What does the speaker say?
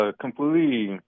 completely